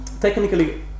Technically